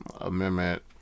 Amendment